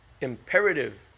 imperative